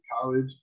college